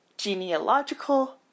genealogical